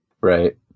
Right